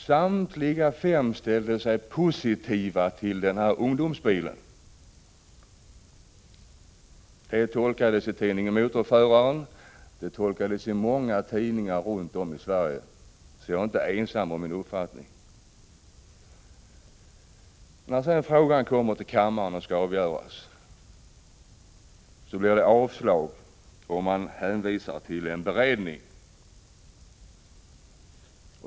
Alla dessa fem ställde sig positiva till ungdomsbilen. Så tolkades det i tidningen Motorföraren och i många andra tidningar runt om i Sverige, så jag är inte ensam om min uppfattning. När sedan frågan kommer upp i kammaren och skall avgöras blir det avslag, och man hänvisar till en beredning.